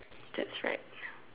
that's right